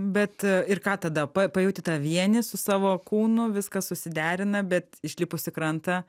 bet a ir ką tada pa pajauti tą vienį su savo kūnu viskas susiderina bet išlipus į krantą